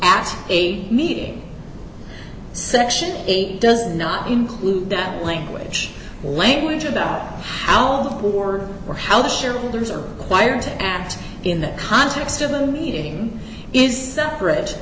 after a meeting section eight does not include that language language about how the poor or how the shareholders are wired to act in the context of a meeting is separate